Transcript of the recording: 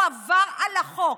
הוא עבר על החוק.